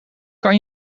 kan